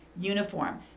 uniform